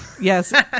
Yes